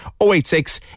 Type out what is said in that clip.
086